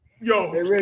Yo